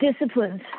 disciplines